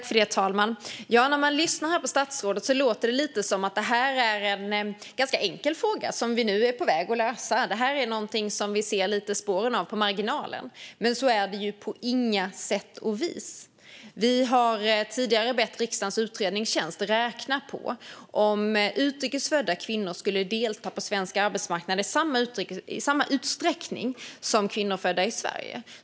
Fru talman! När man lyssnar på statsrådet låter det lite som att det här är en ganska enkel fråga, som vi nu är på väg att lösa. Det här är någonting som vi lite grann ser spåren av på marginalen, verkar det som. Men så är det på inga sätt och vis. Vi har tidigare bett riksdagens utredningstjänst att räkna på hur det skulle se ut om utrikes födda kvinnor skulle delta på svensk arbetsmarknad i samma utsträckning som kvinnor födda i Sverige.